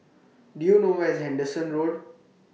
Do YOU know Where IS Henderson Road